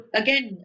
again